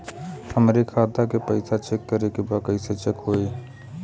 हमरे खाता के पैसा चेक करें बा कैसे चेक होई?